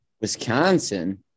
Wisconsin